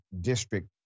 District